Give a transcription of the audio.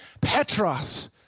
Petros